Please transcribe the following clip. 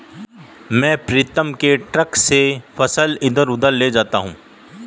मैं प्रीतम के ट्रक से फसल इधर उधर ले जाता हूं